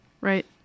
right